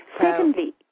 Secondly